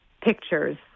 pictures